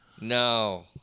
No